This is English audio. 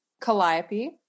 Calliope